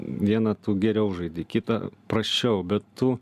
vieną tu geriau žaidi kitą prasčiau bet tu